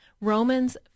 Romans